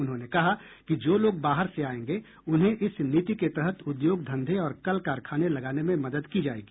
उन्होंने कहा कि जो लोग बाहर से आयेंगे उन्हें इस नीति के तहत उद्योग धंधे और कल कारखाने लगाने में मदद की जायेगी